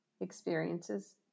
experiences